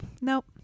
Nope